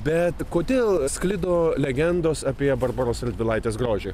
bet kodėl sklido legendos apie barboros radvilaitės grožį